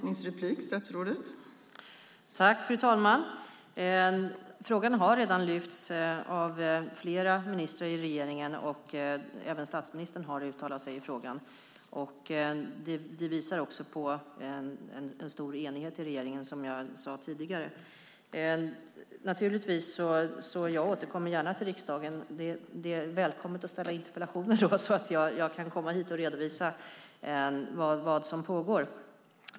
Fru talman! Frågan har redan lyfts fram av flera ministrar i regeringen. Även statsministern har uttalat sig i frågan. Det visar också en stor enighet i regeringen, som jag sade tidigare. Naturligtvis återkommer jag gärna till riksdagen. Det är välkommet att ställa interpellationer, så att jag kan komma hit och redovisa vad som pågår.